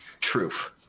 truth